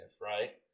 right